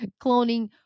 cloning